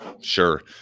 Sure